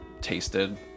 tasted